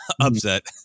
upset